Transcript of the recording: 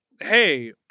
Hey